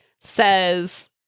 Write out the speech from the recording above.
says